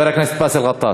בבקשה.